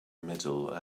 middle